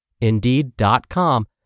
Indeed.com